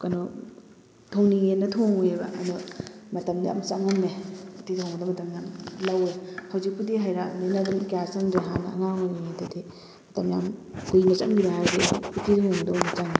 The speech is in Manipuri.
ꯀꯩꯅꯣ ꯊꯣꯡꯅꯤꯡꯉꯦꯅ ꯊꯣꯡꯉꯨꯏꯕ ꯑꯗꯣ ꯃꯇꯝꯗꯣ ꯌꯥꯝ ꯆꯪꯉꯝꯃꯦ ꯎꯇꯤ ꯊꯣꯡꯕꯗ ꯃꯇꯝ ꯌꯥꯝ ꯂꯧꯋꯦ ꯍꯧꯖꯤꯛꯄꯨꯗꯤ ꯍꯩꯔꯛꯑꯃꯤꯅ ꯑꯗꯨꯝ ꯀꯌꯥ ꯆꯪꯗ꯭ꯔꯦ ꯍꯥꯟꯅ ꯑꯉꯥꯡ ꯑꯣꯏꯔꯤꯉꯩꯗꯗꯤ ꯃꯇꯝ ꯌꯥꯝ ꯀꯨꯏꯅ ꯆꯪꯈꯤꯕ ꯍꯥꯏꯔꯗꯤ ꯎꯇꯤ ꯊꯣꯡꯕꯗ ꯑꯣꯏꯅ ꯆꯪꯉꯦ